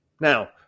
Now